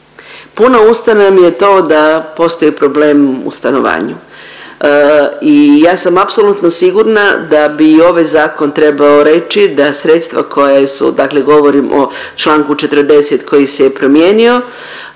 Puna usta nam je to da postoji problem u stanovanju i ja sam apsolutno sigurna da bi i ovaj zakon trebao reći da sredstva koja su, dakle govorim o Članku 40. koji se je promijenio,